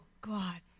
God